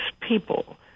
people